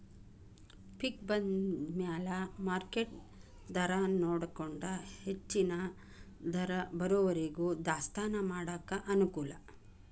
ಪಿಕ್ ಬಂದಮ್ಯಾಲ ಮಾರ್ಕೆಟ್ ದರಾನೊಡಕೊಂಡ ಹೆಚ್ಚನ ದರ ಬರುವರಿಗೂ ದಾಸ್ತಾನಾ ಮಾಡಾಕ ಅನಕೂಲ